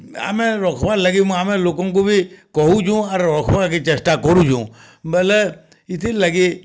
ଆମେ ରଖ୍ବା ଲାଗି ଆମେ ଲୋକଙ୍କୁ ବି କହୁଚୁଁ ଆରେ ରଖ୍ବା ଲାଗି ଚେଷ୍ଟା କରୁଛୁଁ ବୋଲେ ଏଥି ଲାଗି